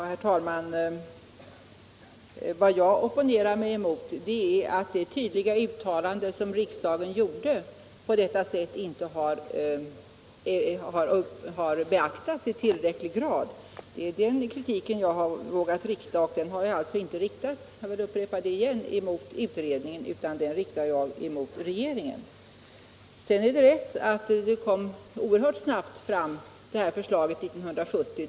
Herr talman! Vad jag opponerar mig emot är att det tydliga uttalande som riksdagen gjorde inte har beaktats i tillräcklig grad. Det är den kritiken jag har vågat framföra. Men jag upprepar att jag har inte riktat den kritiken mot utredningen utan mot regeringen. Sedan är det riktigt att det förslag som vi här talat om lades fram oerhört snabbt 1970.